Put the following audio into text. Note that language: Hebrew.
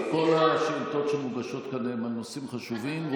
כל השאילתות שמוגשות כאן הם על נושאים חשובים.